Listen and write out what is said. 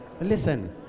listen